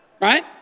Right